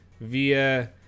via